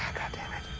goddammit.